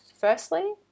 Firstly